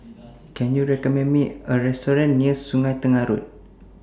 Can YOU recommend Me A Restaurant near Sungei Tengah Road